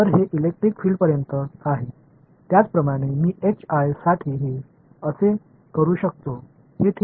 இதேபோல் நான் H க்கு அதையே செய்ய முடியும் அதை என்று எழுதுவேன்